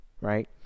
right